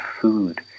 food